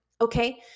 okay